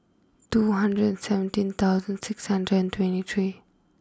two hundred and seventeen thousand six hundred and twenty three